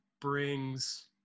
brings